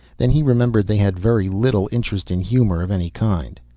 then he remembered they had very little interest in humor of any kind.